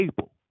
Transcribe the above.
able